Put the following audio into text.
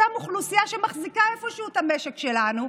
את אותה אוכלוסייה שמחזיקה איפשהו את המשק שלנו,